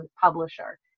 publisher